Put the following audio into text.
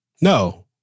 No